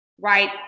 right